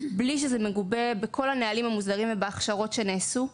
בלי שזה מגובה בכל הנהלים המוסדרים ובהכשרות שנעשו.